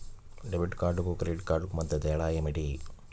Debit కార్డుకు credit కార్డుకు మధ్య తేడా ఏమిటీ?